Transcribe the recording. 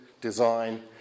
design